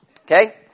Okay